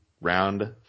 round